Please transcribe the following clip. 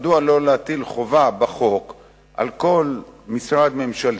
מדוע לא להטיל חובה בחוק על כל משרד ממשלתי,